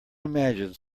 imagine